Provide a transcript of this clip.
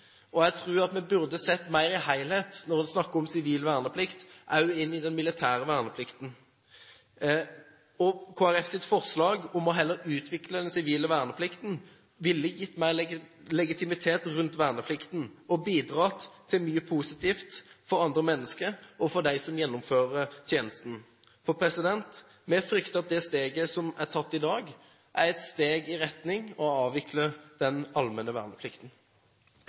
og jeg tror at vi burde sett en større helhet når vi snakker om sivil verneplikt, også inn i den militære verneplikten. Kristelig Folkepartis forslag om heller å utvikle den sivile verneplikten ville gitt mer legitimitet rundt verneplikten og bidratt til mye positivt for andre mennesker og for dem som gjennomfører tjenesten. Vi frykter at det steget som er tatt i dag, er et steg i retning av å avvikle den allmenne verneplikten.